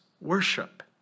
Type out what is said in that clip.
worship